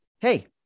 hey